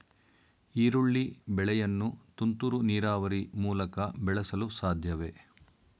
ಈರುಳ್ಳಿ ಬೆಳೆಯನ್ನು ತುಂತುರು ನೀರಾವರಿ ಮೂಲಕ ಬೆಳೆಸಲು ಸಾಧ್ಯವೇ?